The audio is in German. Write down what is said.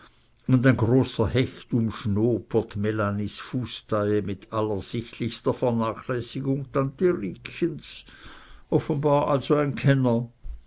und ein großer hecht umschnoppert melanies fußtaille mit absichtlichster vernachlässigung tante riekchens offenbar also ein kenner